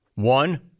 One